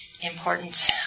important